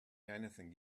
anything